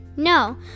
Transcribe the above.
No